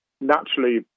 naturally